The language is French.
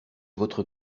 votre